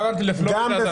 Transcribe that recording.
התכוונתי לפלורידה.